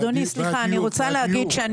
אדוני, סליחה, אני רוצה להגיד שאני